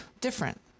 different